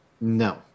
no